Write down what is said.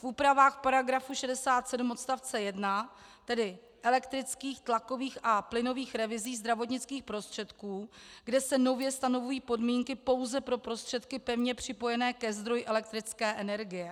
V úpravách § 67 odst. 1, tedy elektrických tlakových a plynových revizí zdravotnických prostředků, kde se nově stanovují podmínky pouze pro prostředky pevně připojené ke zdroji elektrické energie.